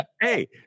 Hey